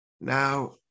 Now